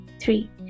three